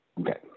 Okay